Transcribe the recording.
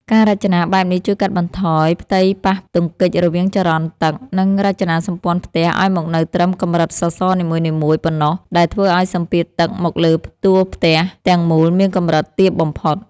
ការរចនាបែបនេះជួយកាត់បន្ថយផ្ទៃប៉ះទង្គិចរវាងចរន្តទឹក និងរចនាសម្ព័ន្ធផ្ទះឱ្យមកនៅត្រឹមកម្រិតសសរនីមួយៗប៉ុណ្ណោះ ដែលធ្វើឱ្យសម្ពាធទឹកមកលើតួផ្ទះទាំងមូលមានកម្រិតទាបបំផុត។